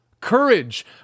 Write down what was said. Courage